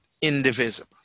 indivisible